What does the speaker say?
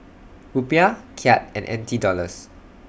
Rupiah Kyat and N T Dollars